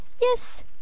Yes